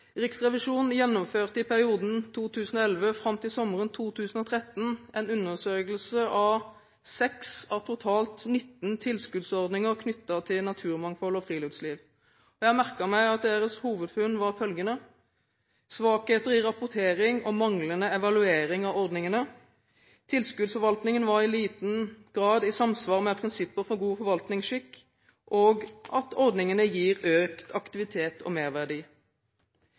Riksrevisjonen gjennomførte i perioden 2011 fram til sommeren 2013 en undersøkelse av 6 av totalt 19 tilskuddsordninger knyttet til naturmangfold og friluftsliv. Jeg har merket meg at deres hovedfunn var følgende: svakheter i rapportering og manglende evaluering av ordningene tilskuddsforvaltningen var i liten grad i samsvar med prinsipper for god forvaltningsskikk ordningene gir økt aktivitet og merverdi